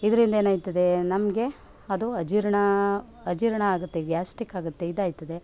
ಇದರಿಂದ ಏನಾಯ್ತದೆ ನಮಗೆ ಅದು ಅಜೀರ್ಣ ಅಜೀರ್ಣ ಆಗುತ್ತೆ ಗ್ಯಾಸ್ಟಿಕ್ ಆಗುತ್ತೆ ಇದಾಯ್ತದೆ